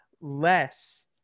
less